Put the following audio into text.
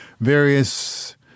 various